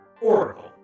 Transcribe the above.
Oracle